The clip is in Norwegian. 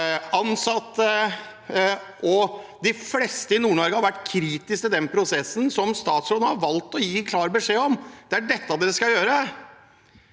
ansatte og de fleste i Nord-Norge har vært kritiske til den prosessen som statsråden har valgt å gi klar beskjed om: Det er dette dere skal gjøre.